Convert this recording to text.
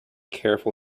careful